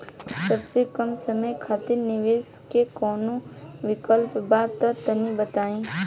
सबसे कम समय खातिर निवेश के कौनो विकल्प बा त तनि बताई?